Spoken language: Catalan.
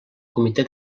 comitè